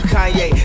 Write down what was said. Kanye